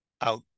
out